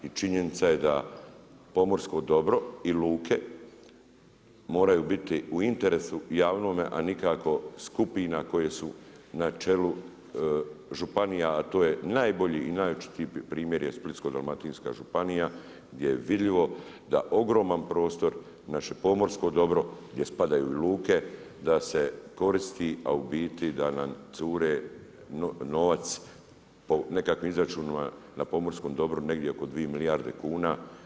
I činjenica je da pomorsko dobro i luke moraju biti u interesu javnome a nikako skupina koje su na čelu županija a to je najbolji i najočitiji primjer je Splitsko-dalmatinska županija gdje je vidljivo da ogroman prostor naše pomorsko dobro gdje spadaju i luke da se koristi a u biti da nam cure novac po nekakvim izračunima na pomorskom dobru negdje oko 2 milijarde kuna.